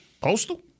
postal